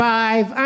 five